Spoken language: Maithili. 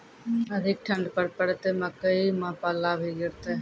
अधिक ठंड पर पड़तैत मकई मां पल्ला भी गिरते?